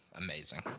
Amazing